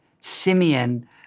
Simeon